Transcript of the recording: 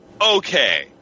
Okay